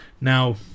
Now